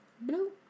Blue